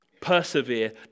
Persevere